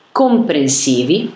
comprensivi